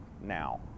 now